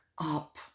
up